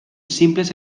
simples